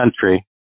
country